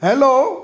hello